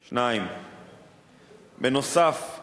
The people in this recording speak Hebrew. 2. בנוסף,